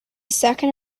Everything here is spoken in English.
second